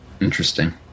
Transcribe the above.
Interesting